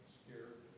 scared